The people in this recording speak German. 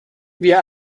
wir